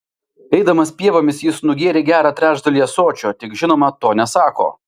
eidamas pievomis jis nugėrė gerą trečdalį ąsočio tik žinoma to nesako